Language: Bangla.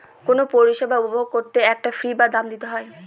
কোনো পরিষেবা উপভোগ করলে একটা ফী বা দাম দিতে হয়